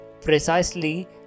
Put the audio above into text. precisely